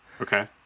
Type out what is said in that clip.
Okay